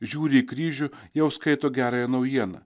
žiūri į kryžių jau skaito gerąją naujieną